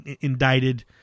indicted